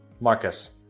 Marcus